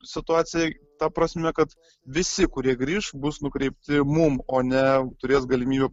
situacija ta prasme kad visi kurie grįš bus nukreipti mum o ne turės galimybę